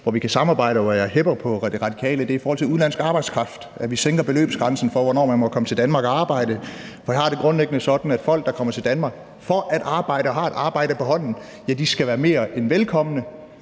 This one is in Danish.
kan samarbejde, og hvor jeg hepper på De Radikale, er spørgsmålet om udenlandsk arbejdskraft, altså at vi sænker beløbsgrænsen for, hvornår man må komme til Danmark og arbejde. Jeg har det grundlæggende sådan, at folk, der kommer til Danmark for at arbejde og har et arbejde på hånden, skal være mere end velkomne,